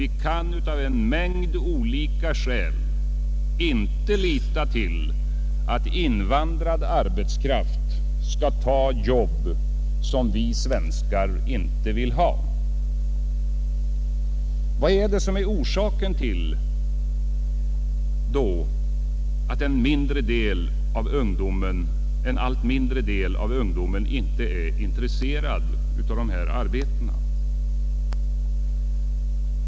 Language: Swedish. Vi kan av en mängd olika skäl inte lita till att invandrad arbetskraft skall ta jobb som vi svenskar inte vill ha. Vad är det som är orsaken till att en allt mindre del av ungdomen inte är intresserad av dessa arbeten?